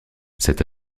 cette